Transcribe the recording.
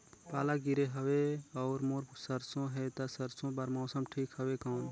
पाला गिरे हवय अउर मोर सरसो हे ता सरसो बार मौसम ठीक हवे कौन?